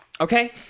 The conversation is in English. Okay